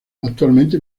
actualmente